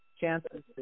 chances